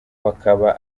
bakaba